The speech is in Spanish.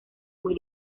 muy